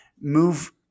move